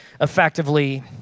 effectively